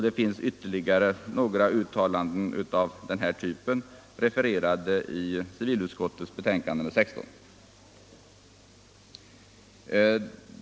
Det finns ytterligare några uttalanden av den här typen refererade i civilutskottets betänkande nr 16.